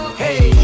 hey